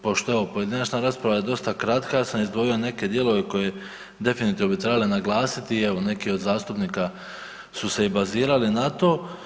Pošto je ova pojedinačna rasprava dosta kratka ja sam izdvojio neke dijelove koje definitivno bi trebalo naglasiti i evo neki od zastupnika su se i bazirali na to.